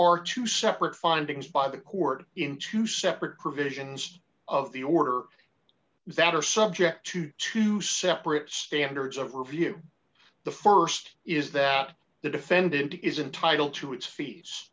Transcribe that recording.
are two separate findings by the court in two separate provisions of the order that are subject to two separate standards of review the st is that the defendant is entitled to its fee